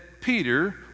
peter